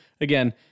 again